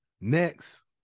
Next